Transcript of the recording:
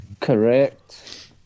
Correct